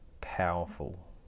powerful